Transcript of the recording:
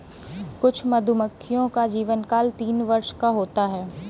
कुछ मधुमक्खियों का जीवनकाल तीन वर्ष का होता है